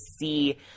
see